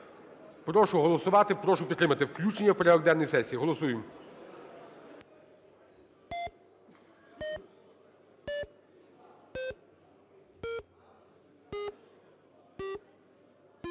Прошу голосувати, прошу підтримати включення в порядок денний сесії. Голосуємо.